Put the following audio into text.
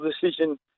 decision